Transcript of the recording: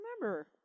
remember